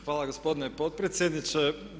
Hvala gospodine potpredsjedniče.